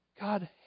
God